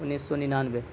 انیس سو ننانوے